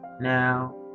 Now